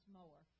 more